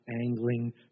angling